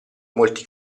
molti